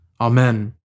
Amen